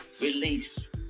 release